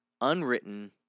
unwritten